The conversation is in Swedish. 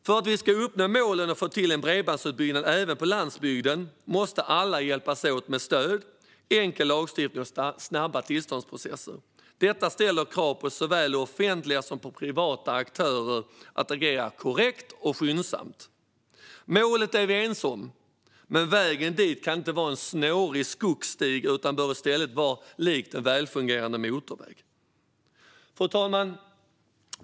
För att vi ska uppnå målen och få till en bredbandsutbyggnad även på landsbygden måste alla hjälpas åt med stöd, enkel lagstiftning och snabba tillståndsprocesser. Detta ställer krav såväl på det offentliga som på privata aktörer att agera korrekt och skyndsamt. Målet är vi ense om, men vägen dit kan inte vara en snårig skogsstig utan bör i stället vara lik en välfungerande motorväg. Fru talman!